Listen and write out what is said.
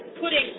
putting